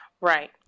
Right